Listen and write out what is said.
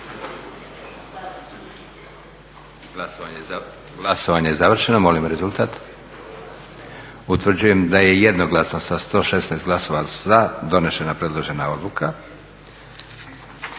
Glasovanje je završeno. Molim rezultat. Utvrđujem da je jednoglasno sa 116 glasova za donesena predložena Odluka.